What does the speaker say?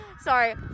Sorry